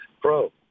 pro